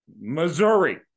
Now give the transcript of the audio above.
Missouri